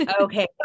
Okay